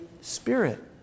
Spirit